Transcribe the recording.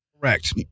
Correct